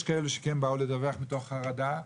יש כאלה שכן באו לדווח מתוך חרדה,